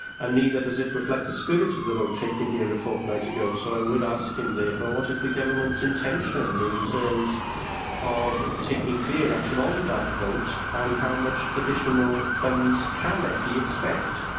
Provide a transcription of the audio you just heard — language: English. and neither does it reflect the spirit of the vote taken here a fortnight ago, so i would ask him, therefore what is the government's intention in terms of taking clear action on that vote, and how much additional funds can fe expect?